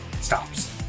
stops